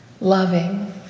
loving